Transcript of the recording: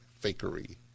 fakery